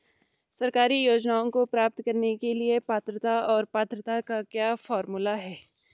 सरकारी योजनाओं को प्राप्त करने के लिए पात्रता और पात्रता का क्या फार्मूला है?